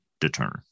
deter